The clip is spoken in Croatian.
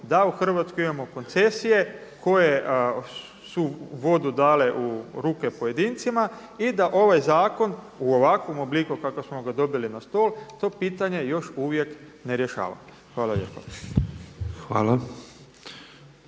da u Hrvatskoj imamo koncesije koje su vodu dale u ruke pojedincima i da ovaj zakon u ovakvom obliku u kakvom smo ga dobili na stol, to pitanje još uvijek ne rješava. Hvala lijepa.